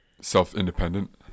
self-independent